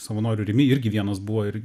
savanorių rimi irgi vienas buvo ir